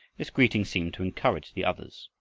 this greeting seemed to encourage the others.